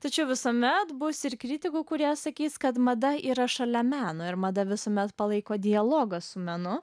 tačiau visuomet bus ir kritikų kurie sakys kad mada yra šalia meno ir mada visuomet palaiko dialogą su menu